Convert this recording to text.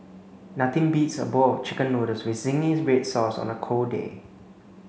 nothing beats a bowl chicken noodles with zingy red sauce on a cold day